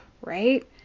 right